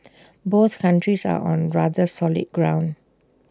both countries are on rather solid ground